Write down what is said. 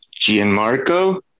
Gianmarco